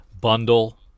bundle